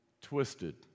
twisted